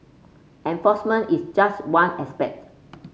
enforcement is just one aspect